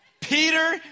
Peter